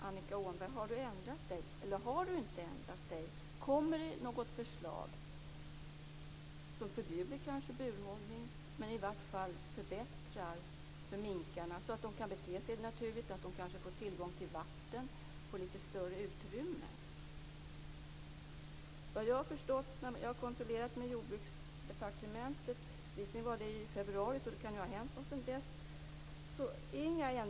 Det gäller ju inte de befintliga burarna. Sedan säger jordbruksministern att för att göra något här i Sverige behövs det mer forskning.